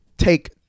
take